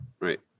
right